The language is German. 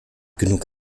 genug